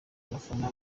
abafana